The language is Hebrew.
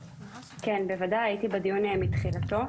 כן, בוודאי הייתי בדיון מתחילתו.